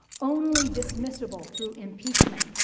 only dismissible through impeachment.